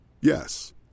Yes